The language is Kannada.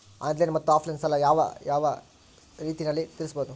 ಆನ್ಲೈನ್ ಮತ್ತೆ ಆಫ್ಲೈನ್ ಸಾಲ ಯಾವ ಯಾವ ರೇತಿನಲ್ಲಿ ತೇರಿಸಬಹುದು?